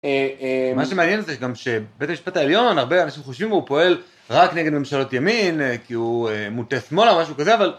מה שמעניין זה שגם שבית המשפט העליון הרבה אנשים חושבים שהוא פועל רק נגד ממשלות ימין כי הוא מוטה שמאלה או משהו כזה אבל